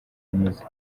ameze